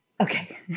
Okay